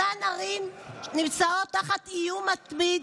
אותן ערים נמצאות תחת איום מתמיד,